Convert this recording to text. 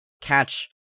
catch